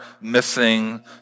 missing